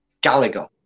Gallagher